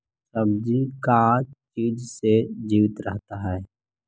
सब्जी का चीज से जीवित रहता है?